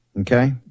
okay